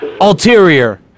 Ulterior